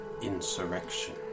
insurrection